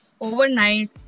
overnight